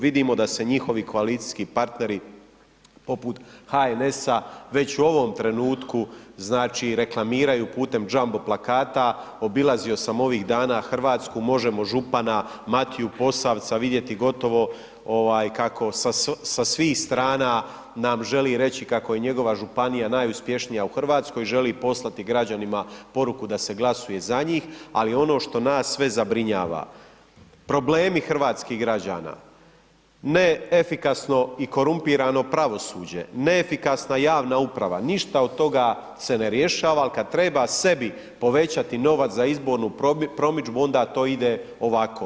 Vidimo da se njihovi koalicijski partneri poput HNS-a već u ovom trenutku znači reklamiraju putem jumbo plakata, obilazio sam ovih dana Hrvatsku, možemo župana Matiju Posavca vidjeti gotovo kako sa svih strana nam želi reći kako je njegova županija najuspješnija u Hrvatskoj, želi poslati građanima poruku da se glasuje za njih ali ono što nas sve zabrinjava, problemi hrvatskih građana, neefikasno i korumpirano pravosuđe, neefikasna i javna uprava, ništa od toga se ne rješava ali kad treba sebi povećati novac za izborni promidžbu onda to ide ovako.